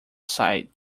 side